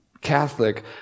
Catholic